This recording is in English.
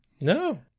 No